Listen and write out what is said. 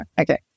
Okay